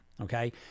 Okay